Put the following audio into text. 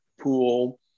pool